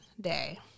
Day